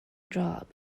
job